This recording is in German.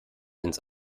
ins